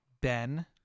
Ben